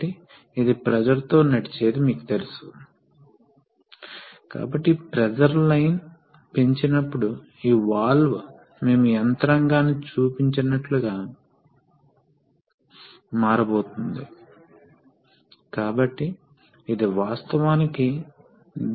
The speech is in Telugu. కాబట్టిప్రెషర్ పెరిగినప్పుడు పవర్ అవసరాన్ని ఉంచడానికి మనము ఒక పంపుని దించుతాము తద్వారా అకస్మాత్తుగా మనం చాలా భారీ భారాన్ని పెడితే అది ఇంకా కదులుతుంది కానీ అది నెమ్మదిగా కదులుతుంది